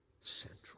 central